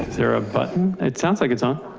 there a button? it sounds like it's on.